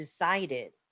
decided